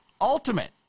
Ultimate